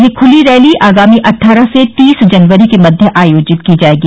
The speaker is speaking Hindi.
यह खली रैली आगामी अट्ठारह से तीस जनवरी के मध्य आयोजित की जायेगी